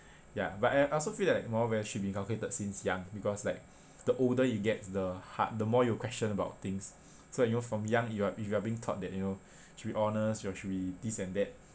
ya but I also feel like moral values should be inculcated since young because like the older you get the hard the more you'll question about things so you know like from young you are you are being taught that you know you should be honest or you should be this and that